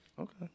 Okay